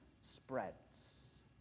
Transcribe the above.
spreads